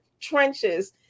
trenches